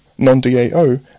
non-DAO